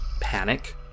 panic